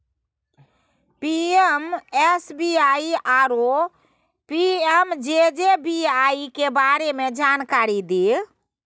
PMSBY आरो PMJJBY के बारे मे जानकारी दिय?